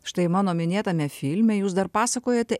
štai mano minėtame filme jūs dar pasakojate